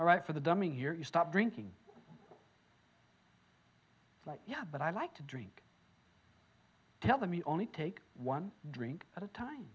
alright for the dumbing here stop drinking yeah but i like to drink tell them you only take one drink at a time